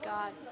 God